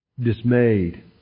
dismayed